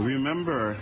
Remember